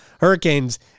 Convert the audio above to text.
Hurricanes